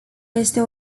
este